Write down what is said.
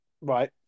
Right